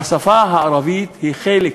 השפה הערבית היא חלק,